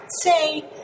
say